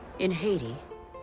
in haiti,